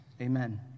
Amen